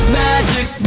magic